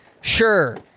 Sure